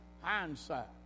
hindsight